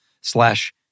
slash